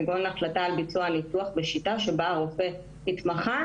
כגון החלטה על ביצוע הניתוח בשיטה שבה הרופא התמחה